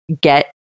get